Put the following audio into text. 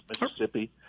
Mississippi